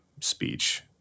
Speech